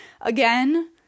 Again